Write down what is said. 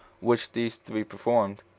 which these three performed.